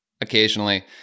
occasionally